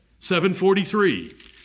743